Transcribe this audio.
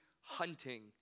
hunting